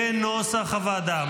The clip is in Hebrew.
כנוסח הוועדה.